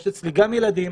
יש אצלי גם ילדים,